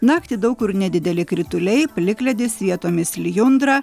naktį daug kur nedideli krituliai plikledis vietomis lijundra